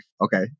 Okay